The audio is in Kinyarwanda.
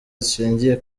zishingiye